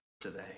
today